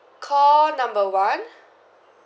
call number one